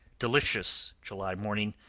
delicious july morning,